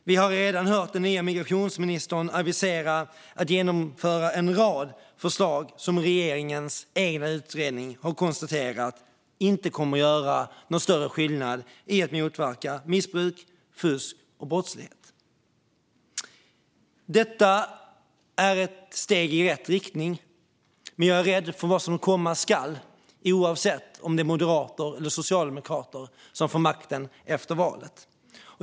Vi har redan hört den nye migrationsministern avisera att en rad förslag ska genomföras som regeringens egen utredning har konstaterat inte kommer att göra någon större skillnad i att motverka missbruk, fusk och brottslighet. Detta är ett steg i rätt riktning, men jag är rädd för vad som komma skall oavsett om det är moderater eller socialdemokrater som får makten efter valet.